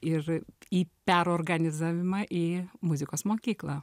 ir į perorganizavimą į muzikos mokyklą